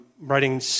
writing